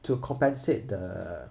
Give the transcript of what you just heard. to compensate the